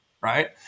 Right